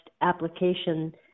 application